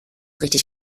richtig